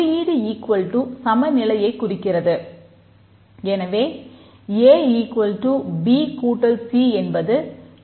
குறியீடு சம நிலையைக் குறிக்கிறது